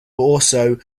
also